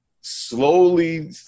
slowly